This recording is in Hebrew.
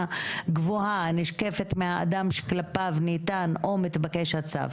גבוהה הנשקפת מהאדם שכלפיו ניתן או מתבקש הצו,